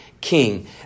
king